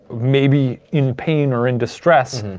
maybe, in pain or in distress.